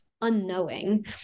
unknowing